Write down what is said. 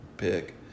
pick